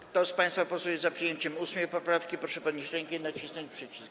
Kto z państwa posłów jest za przyjęciem 8. poprawki, proszę podnieść rękę i nacisnąć przycisk.